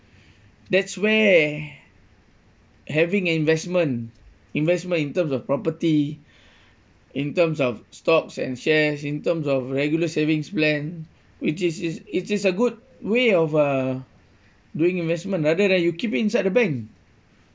that's where having an investment investment in terms of property in terms of stocks and shares in terms of regular savings plan which is is it is a good way of uh doing investment rather than you keep it inside the bank